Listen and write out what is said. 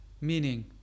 meaning